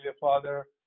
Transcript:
father